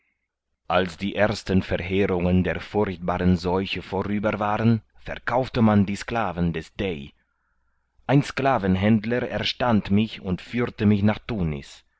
als die ersten verheerungen der furchtbaren seuche vorüber waren verkaufte man die sklaven des dey ein sklavenhändler erstand mich und führte mich nach tunis